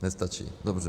Nestačí, dobře.